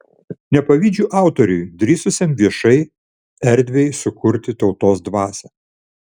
nepavydžiu autoriui drįsusiam viešai erdvei sukurti tautos dvasią